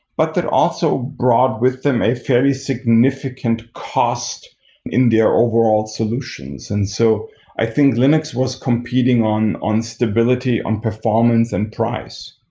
but that also brought with them a very significant cost in their overall solutions. and so i think linux was competing on on stability, on performance and price.